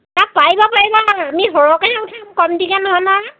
এই পাৰিব পাৰিব আমি সৰহকৈহে উঠাম কমটিকৈ নহয় নহয়